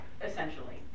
essentially